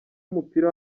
w’umupira